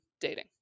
dating